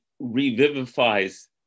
revivifies